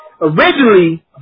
originally